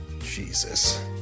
Jesus